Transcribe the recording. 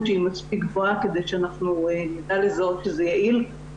שהיא מספיק גבוהה כדי שאנחנו נדע לזהות שזה יעיל.